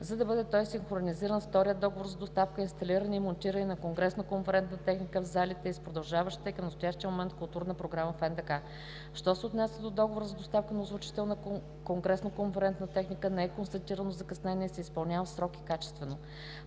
за да бъде той синхронизиран с втория договор за доставка, инсталиране и монтиране на конгресно-конферентна техника в залите и с продължаващата и към настоящия момент културна програма в НДК. 3. Що се отнася до договора за доставка на озвучителна конгресно-конферентна техника, не е констатирано закъснение и се изпълнява в срок и качествено.